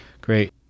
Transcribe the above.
Great